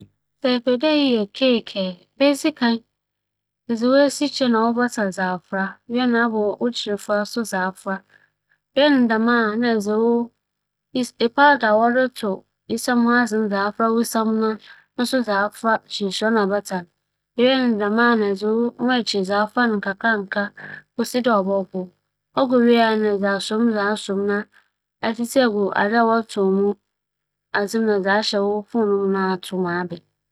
Sɛ mereyɛ "ͻake" a, dza meyɛ nye dɛ, medze me kyirefuwa no mu fitaa no nkotsee fora esikyire osiandɛ miyi no mu akokͻ angoa no fi mu. Na meka fora ma ͻyɛ popoopo wie a, medze m'angoa a ada na me isiam for a. Na meka fora wie a me tsitsi hyɛ adze mu na medze kɛhyɛ fononoo mu to. ͻben a, nna medzi.